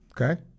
Okay